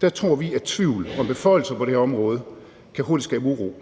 Der tror vi, at tvivl og beføjelser på det her område hurtigt kan skabe uro.